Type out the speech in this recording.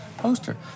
poster